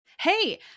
Hey